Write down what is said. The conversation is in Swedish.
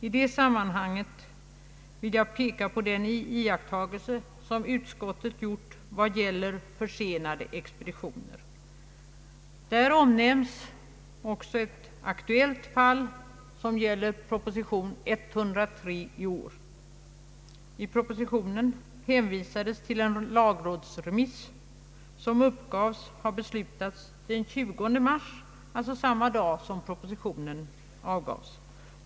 I det sammanhanget vill jag peka på den iakttagelse som utskottet gjort vad det gäller försenade expeditioner. Där omnämns också ett aktuellt fall som gäller proposition nr 103 i år. I propositionen hänvisades till en lagrådsremiss som uppgavs ha beslutats den 20 mars, d.v.s. samma dag som propositionen avgavs.